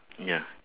ya